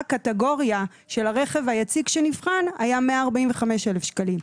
קטגוריה של הרכב היציג שנבחן היה 145,000 שקלים.